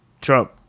trump